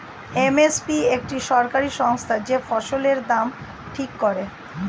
M S P একটি সরকারি সংস্থা যে ফসলের দাম ঠিক করে